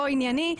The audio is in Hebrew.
לא ענייני,